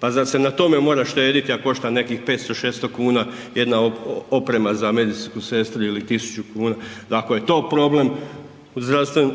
Pa zar se na tome mora štedjeti, a košta nekih 500, 600 kuna jedna oprema za medicinsku sestru ili 1000 kuna, ako je to problem